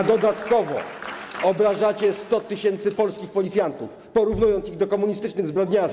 A dodatkowo obrażacie 100 tys. polskich policjantów, porównując ich do komunistycznych zbrodniarzy.